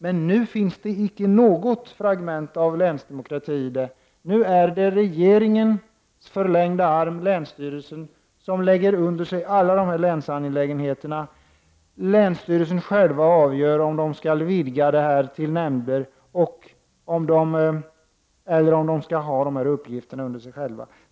Men nu finns icke något fragment av länsdemokrati, utan det är regeringens förlängda arm, länsstyrelsen, som lägger under sig alla dessa länsangelägenheter. Länsstyrelserna själva avgör om de skall vidga verksamheten till att omfatta nämnder eller om de skall ha dessa uppgifter under sig själva.